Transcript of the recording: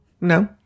No